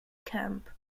kemp